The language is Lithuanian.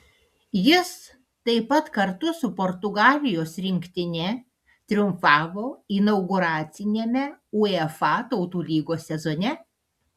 jis taip pat kartu su portugalijos rinktine triumfavo inauguraciniame uefa tautų lygos sezone